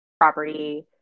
Property